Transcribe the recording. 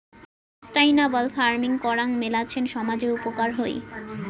sustainable farming করাং মেলাছেন সামজের উপকার হই